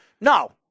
No